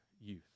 youth